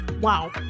Wow